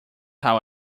how